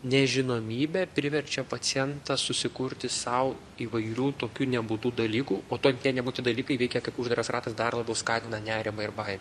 nežinomybė priverčia pacientą susikurti sau įvairių tokių nebūtų dalykų o to tie nebūti dalykai veikia kaip uždaras ratas dar labiau skatina nerimą ir bai